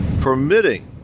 permitting